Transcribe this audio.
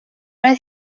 oedd